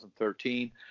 2013